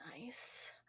nice